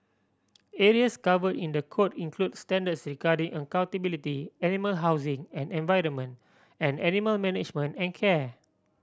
areas covered in the code include standards regarding accountability animal housing and environment and animal management and care